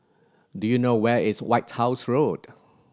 do you know where is White House Road